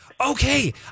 Okay